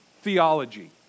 theology